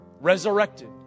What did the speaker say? Resurrected